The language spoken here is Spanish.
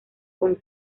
con